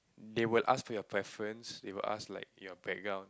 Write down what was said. they would ask for your preference they would ask like your background